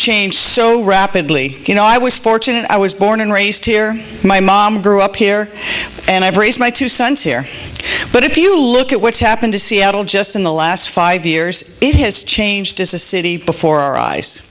changed so rapidly you know i was fortunate i was born and raised here my mom grew up here and i've raised my two sons here but if you look at what's happened to seattle just in the last five years it has changed as a city before